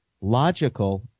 logical